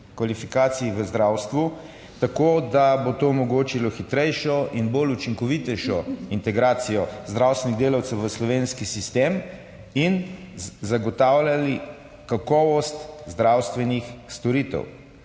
kvalifikacij v zdravstvu tako, da bo to omogočilo hitrejšo in bolj učinkovitejšo integracijo zdravstvenih delavcev v slovenski sistem in zagotavljali kakovost zdravstvenih storitev.